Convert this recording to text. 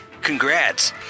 Congrats